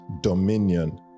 dominion